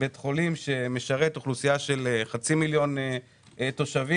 בית חולים שמשרת אוכלוסייה של חצי מיליון תושבים